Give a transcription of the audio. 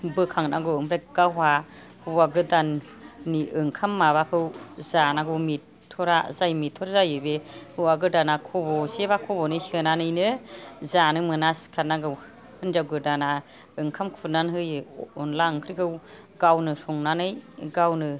बोखांनांगौ ओमफ्राइ गावहा हौवा गोदाननि ओंखाम माबाखौ जानांगौ मेथ'रा जाय मेथर जायो बे हौवा गोदाना खब'सेबा खब'नै सोनानैनो जानो मोना सिखार नांगौ हिनजाव गोदाना ओंखाम खुरनानै होयो अनला ओंख्रिखौ गावनो संनानै गावनो